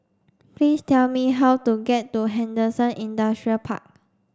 please tell me how to get to Henderson Industrial Park